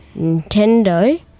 Nintendo